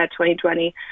2020